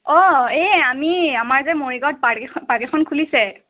অ' এই আমি আমাৰ যে মৰিগাঁৱত পাৰ্ক এখন পাৰ্ক এখন খুলিছে